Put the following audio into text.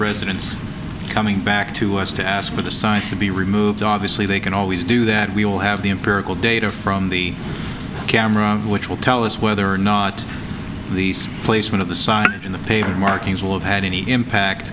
residents coming back to us to ask for the science to be removed obviously they can always do that we will have the empirical data from the camera which will tell us whether or not these placement of the sign in the paper markings will have had any impact